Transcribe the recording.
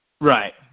Right